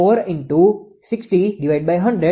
4 Hzpu MW છે